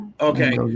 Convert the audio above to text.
Okay